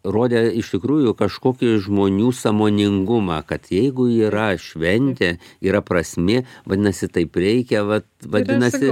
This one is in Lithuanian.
rodė iš tikrųjų kažkokį žmonių sąmoningumą kad jeigu yra šventė yra prasmė vadinasi taip reikia vat vadinasi